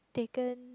taken